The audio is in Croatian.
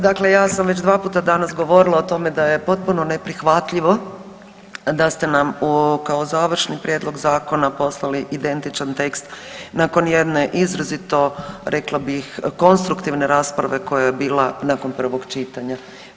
Dakle ja sam već dva puta danas govorila o tome da je potpuno neprihvatljivo da ste nam kao završni prijedlog zakona poslali identičan tekst nakon jedne izrazito, rekla bih, konstruktivne rasprave koja je bila nakon prvog čitanja.